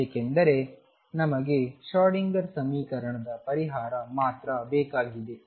ಏಕೆಂದರೆ ನಮಗೆ ಶ್ರೊಡಿಂಗರ್Schrödinger ಸಮೀಕರಣದ ಪರಿಹಾರ ಮಾತ್ರ ಬೇಕಾಗಿದೆ